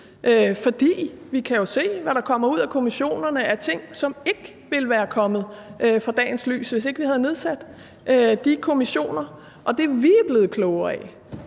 for vi kan jo se, hvad der kommer ud af kommissionerne af ting, som ikke ville være kommet for dagens lys, hvis ikke vi havde nedsat de kommissioner. Det, vi er blevet klogere af,